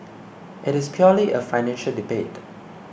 it is purely a financial debate